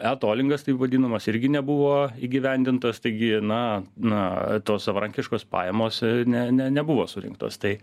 etolingas taip vadinamas irgi nebuvo įgyvendintas taigi na na tos savarankiškos pajamos ne ne nebuvo surinktos tai